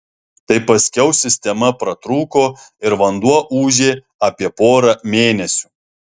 tai paskiau sistema pratrūko ir vanduo ūžė apie porą mėnesių